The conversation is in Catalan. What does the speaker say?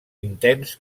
intens